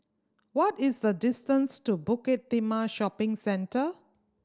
what is the distance to Bukit Timah Shopping Centre